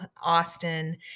Austin